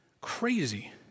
crazy